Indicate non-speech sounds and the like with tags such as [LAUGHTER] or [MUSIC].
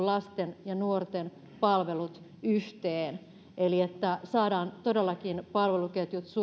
[UNINTELLIGIBLE] lasten ja nuorten palvelut yhteen eli että saadaan todellakin palveluketjut